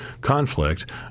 conflict